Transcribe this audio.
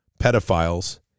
pedophiles